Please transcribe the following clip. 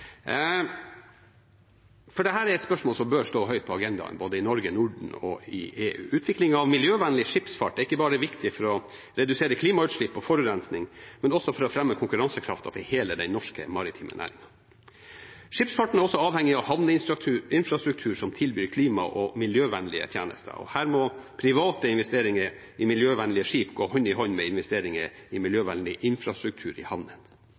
agendaen både i Norge, i Norden og i EU. Utvikling av miljøvennlig skipsfart er ikke bare viktig for å redusere klimagassutslipp og forurensning, men også for å fremme konkurransekraften til hele den norske maritime næringen. Skipsfarten er også avhengig av havneinfrastruktur som tilbyr klima- og miljøvennlige tjenester, og her må private investeringer i miljøvennlige skip gå hånd i hånd med investeringer i miljøvennlig infrastruktur i